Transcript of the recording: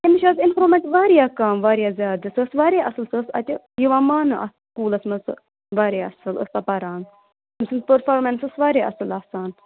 تٔمِس چھِ اَز اِمپروٗمٮ۪نٛٹ واریاہ کَم واریاہ زیادٕ سۄ ٲس واریاہ اَصٕل سۄ ٲس اَتہِ یِوان ماننہٕ اَتھ سکوٗلَس منٛز سۅ واریاہ اَصٕل ٲس سۄ پَران أمۍ سٕنٛز پٔرفارمٮ۪نٕس ٲس واریاہ اَصٕل آسان